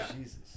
Jesus